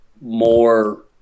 more